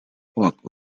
walk